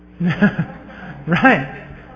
Right